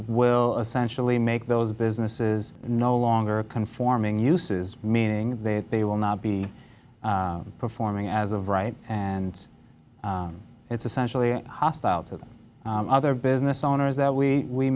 will essentially make those businesses no longer conforming uses meaning that they will not be performing as of right and it's essentially hostile to the other business owners that we